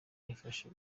yafasha